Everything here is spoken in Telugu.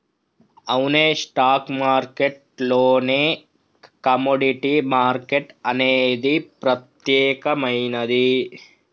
అవునే స్టాక్ మార్కెట్ లోనే కమోడిటీ మార్కెట్ అనేది ప్రత్యేకమైనది